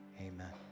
amen